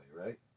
right